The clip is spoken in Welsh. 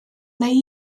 neu